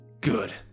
Good